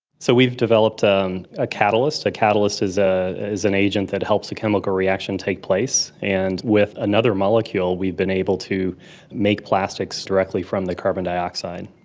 so we've developed um a catalyst. a catalyst is ah is an agent that helps a chemical reaction takes place. and with another molecule we've been able to make plastics directly from the carbon dioxide.